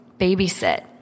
babysit